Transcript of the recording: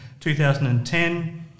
2010